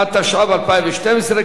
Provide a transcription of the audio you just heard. התשע"ב 2012,